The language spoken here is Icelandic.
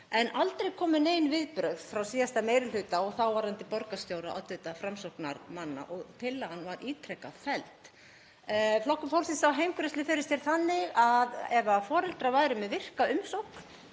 en aldrei komu nein viðbrögð frá síðasta meiri hluta og þáverandi borgarstjóra, oddvita Framsóknarmanna, og tillagan var ítrekað felld. Flokkur fólksins sá heimgreiðslur fyrir sér þannig að ef foreldrar væru með virka umsókn